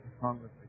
Congress